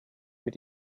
mit